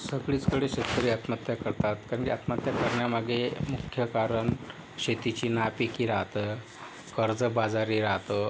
सगळीचकडे शेतकरी आत्महत्या करतात कारण का आत्महत्या करण्यामागे मुख्य कारण शेतीची नापिकी राहतं कर्जबाजारी राहतं